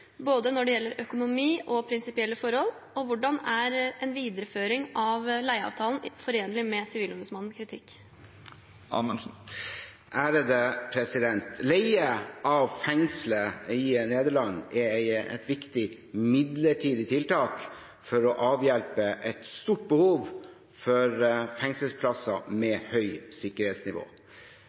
både når det gjelder økonomi og prinsipielle forhold, og hvordan er videreføring av fengselsavtalen forenlig med Sivilombudsmannens kritikk?» Leie av fengselet i Nederland er et viktig midlertidig tiltak for å avhjelpe et stort behov for fengselsplasser med høyt sikkerhetsnivå.